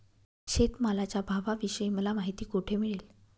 शेतमालाच्या भावाविषयी मला माहिती कोठे मिळेल?